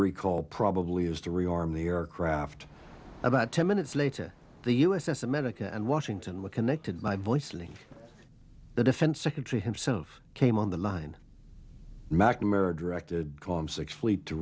recall probably has to rearm the aircraft about ten minutes later the u s s america and washington were connected my voice leading the defense secretary himself came on the line mcnamara directed six fleet to